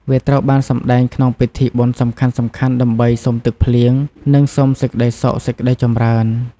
វាត្រូវបានសម្តែងក្នុងពិធីបុណ្យសំខាន់ៗ ដើម្បី សុំទឹកភ្លៀង និង សុំសេចក្តីសុខ សេចក្តីចម្រើន។